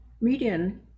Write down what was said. median